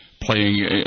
playing